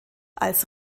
als